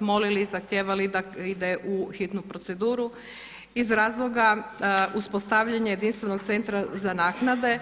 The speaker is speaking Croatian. molili i zahtijevali da ide u hitnu proceduru iz razloga uspostavljanja jedinstvenog centra za naknade.